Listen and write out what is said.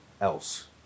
else